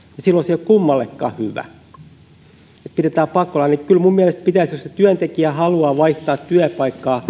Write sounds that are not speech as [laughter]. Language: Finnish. silloin ei ole kummallekaan hyvä että pidetään pakolla kyllä mielestäni siinä jos työntekijä haluaa vaihtaa työpaikkaa [unintelligible]